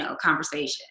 conversation